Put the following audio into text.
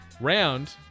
round